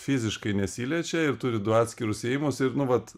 fiziškai nesiliečia ir turi du atskirus įėjimus ir nu vat